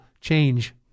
change